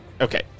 Okay